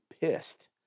pissed